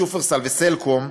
שופרסל וסלקום,